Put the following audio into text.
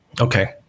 okay